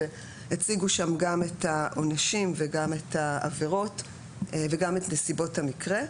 הציגו שם גם את העונשין וגם את העבירות וגם את נסיבות המקרה,